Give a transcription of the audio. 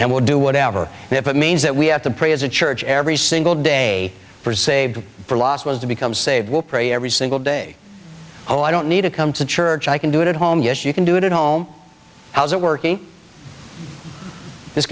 will do whatever if it means that we have to pray as a church every single day for saved for last was to become saved will pray every single day oh i don't need to come to church i can do it at home yes you can do it at home how's it working